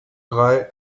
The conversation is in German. drei